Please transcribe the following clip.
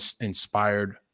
inspired